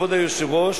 כבוד היושב-ראש,